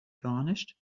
garnished